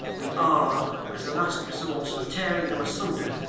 we are, as a last resource for tearing them asunder,